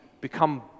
become